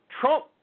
Trump